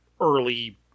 early